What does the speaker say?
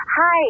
Hi